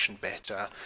better